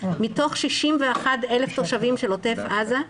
מתוך 61,000 תושבים של עוטף עזה,